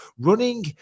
Running